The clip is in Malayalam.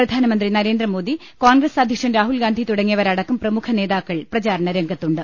പ്രധാനമന്ത്രി നരേന്ദ്രമോദി കോൺഗ്രസ് അധ്യക്ഷൻ രാഹുൽഗാന്ധി തുടങ്ങിയവരടക്കം പ്രമുഖ നേതാക്കൾ പ്രചാരണ രംഗത്തുണ്ട്